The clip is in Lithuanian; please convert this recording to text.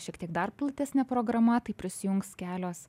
šiek tiek dar platesnė programa tai prisijungs kelios